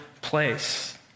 place